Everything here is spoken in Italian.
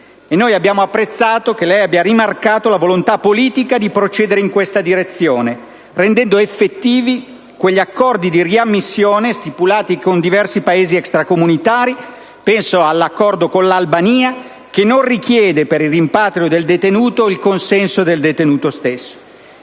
Abbiamo apprezzato che lei abbia rimarcato la volontà politica di procedere in questa direzione, rendendo effettivi quegli accordi di riammissione stipulati con diversi Paesi extracomunitari - penso all'accordo con l'Albania - che non richiedono per il rimpatrio del detenuto il consenso del detenuto stesso.